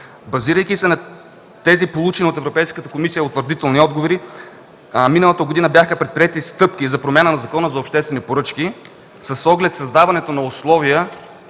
Базирайки се на тези, получени от Европейската комисия утвърдителни, отговори миналата година бяха предприети стъпки за промяна в Закона за обществените поръчки с оглед създаването на условия